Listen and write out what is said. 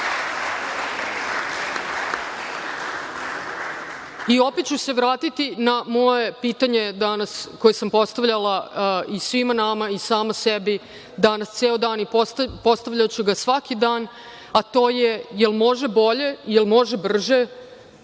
ću se vratiti na moje pitanje koje sam postavljala i svima nama i sama sebi danas ceo dan i postavljaću ga svaki dan, a to je – jel može bolje, jel može brže?